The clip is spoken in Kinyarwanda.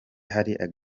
ahari